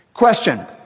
question